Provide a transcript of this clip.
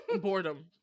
boredom